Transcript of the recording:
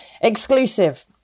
Exclusive